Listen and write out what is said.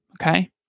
okay